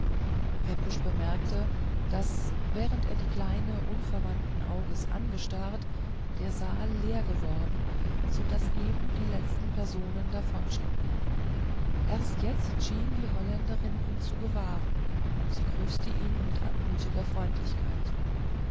pepusch bemerkte daß während er die kleine unverwandten auges angestarrt der saal leer geworden so daß eben die letzten personen davonschritten erst jetzt schien die holländerin ihn zu gewahren sie grüßte ihn mit anmutiger freundlichkeit